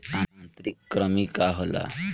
आंतरिक कृमि का होला?